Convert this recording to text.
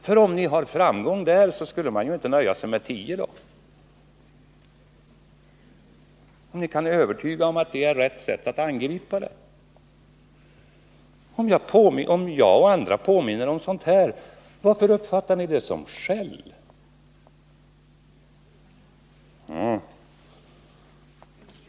Om ni skulle ha framgång där, skulle man nog inte nöja sig med 10 procentenheter. Om ni kan övertyga mig och andra om att det är rätta sättet att angripa frågan och ni påminns om det, varför uppfattar ni det då som skäll?